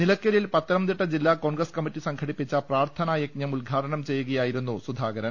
നിലയ്ക്കലിൽ പത്തനംതിട്ട് ജില്ലാ Congress committee സംഘടിപ്പിച്ച പ്രാർത്ഥനായജ്ഞം ഉദ്ഘാട്ടനം ചെയ്യുകയായിരുന്നു സു ധാകരൻ